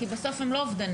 כי בסוף הם לא אובדנים,